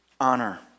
honor